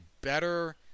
better